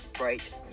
right